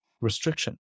Restriction